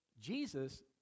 Jesus